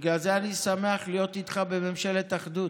בגלל זה אני שמח להיות איתך בממשלת אחדות.